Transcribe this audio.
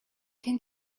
can